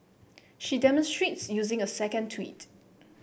she demonstrates using a second tweet